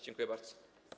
Dziękuję bardzo.